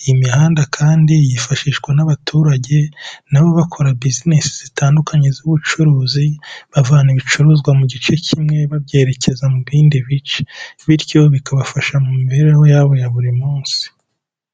iyi mihanda kandi yifashishwa n'abaturage nabo bakora business zitandukanye z'ubucuruzi, bavana ibicuruzwa mu gice kimwe babyerekeza mu bindi bice bityo bikabafasha mu mibereho yabo ya buri munsi.